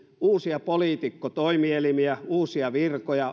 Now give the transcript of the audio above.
uusia poliitikkotoimielimiä uusia virkoja